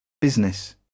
Business